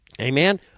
Amen